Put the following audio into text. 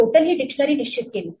मी total ही dictionary निश्चित केली